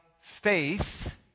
faith